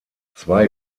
zwei